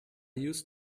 used